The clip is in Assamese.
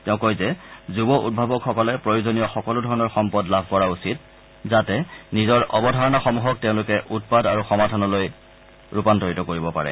তেওঁ কয় যে যুৱ উদ্ভাৱকসকলে প্ৰয়োজনীয় সকলোধৰণৰ সম্পদ লাভ কৰা উচিত যাতে নিজৰ অবধাৰণাসমূহক তেওঁলোকে উৎপাদ আৰু সমাধানলৈ ৰূপান্তৰিত কৰিব পাৰে